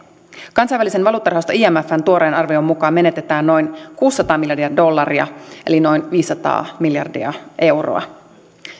kansainvälisen valuuttarahaston imfn tuoreen arvion mukaan menetetään noin kuusisataa miljardia dollaria eli noin viisisataa miljardia euroa